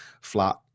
flat